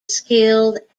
skilled